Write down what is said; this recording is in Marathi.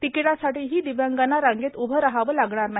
तिकीटासाठीही दिव्यांगांना रांगेत उभे रहावं लागणार नाही